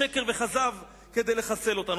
זה שקר וכזב, כדי לחסל אותנו.